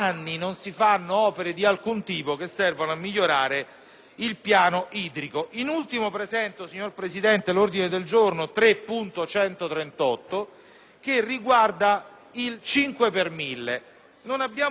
il piano idrico. In ultimo, signor Presidente, illustro l'ordine del giorno G3.138 che riguarda il 5 per mille. Non abbiamo visto nella finanziaria né in altri documenti che riguardino